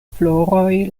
floroj